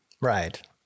Right